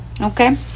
okay